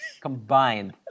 Combined